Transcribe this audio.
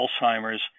Alzheimer's